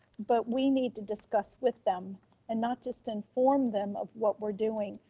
but we need to discuss with them and not just inform them of what we're doing.